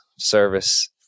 Service